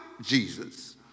Jesus